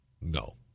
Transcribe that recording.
no